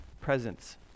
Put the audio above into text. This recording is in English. presence